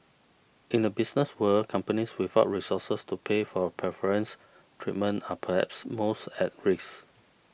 in the business world companies without resources to pay for preference treatment are perhaps most at risk